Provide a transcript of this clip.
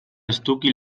estuki